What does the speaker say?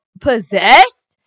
possessed